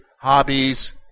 hobbies